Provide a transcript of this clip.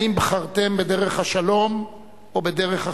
האם בחרתם בדרך השלום או בדרך ה"חמאס"?